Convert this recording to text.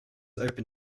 open